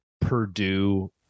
Purdue